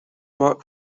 work